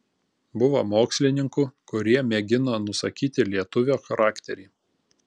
buvo mokslininkų kurie mėgino nusakyti lietuvio charakterį